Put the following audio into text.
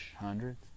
hundreds